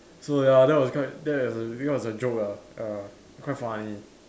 so ya that's was quite that's become a joke ah ah quite funny